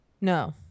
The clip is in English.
no